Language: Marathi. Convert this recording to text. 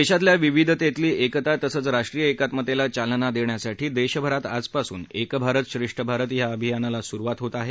देशातल्या विविधतेतली एकता तसंच राष्ट्रीय एकात्मतेला चालना देण्यासाठी देशभरात आजपासून एक भारत श्रेष्ठ भारत ह्या अभियानाला सुरुवात होत आहे